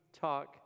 talk